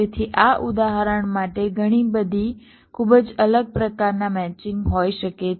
તેથી આ ઉદાહરણ માટે ઘણી બધી ખૂબ જ અલગ પ્રકારનાં મેચિંગ હોઈ શકે છે